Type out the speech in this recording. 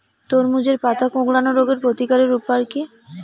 তরমুজের পাতা কোঁকড়ানো রোগের প্রতিকারের উপায় কী?